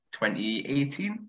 2018